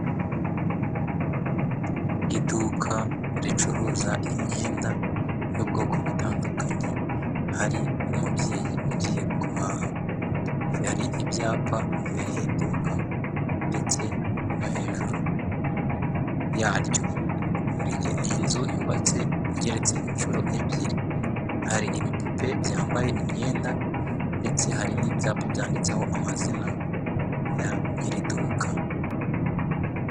Iduka ricuruza imyenda y'ubwoko butandukanye, hari umubyeyi ugiye guhaha, ife hari ibyapa imbere y'iduka ndetse no hejuru yaryo. Ni inzu yubatse igereretse inshuro ebyiri ,hari ibipupe byambaye imyenda ndetse hari n'ibyapa byanditseho amazina ya nyiri iduka.